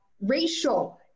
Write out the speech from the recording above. racial